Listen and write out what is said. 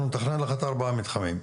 אנחנו נתכנן לך את ארבעת המתחרים,